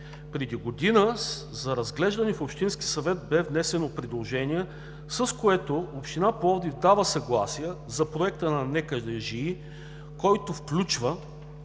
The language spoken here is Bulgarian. Преди година за разглеждане в Общинския съвет бе внесено предложение, с което община Пловдив дава съгласие за Проекта на НКЖИ, който включва